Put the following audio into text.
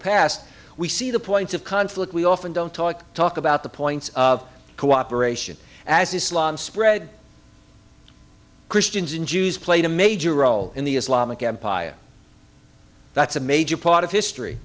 past we see the points of conflict we often don't talk talk about the points of cooperation as islam spread christians and jews played a major role in the islamic empire that's a major part of history